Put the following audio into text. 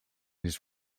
his